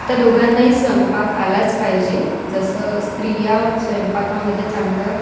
त्या दोघांनाही स्वयंपाक आलाच पाहिजे जसं स्त्रिया स्वयंपाकामध्ये चांगलं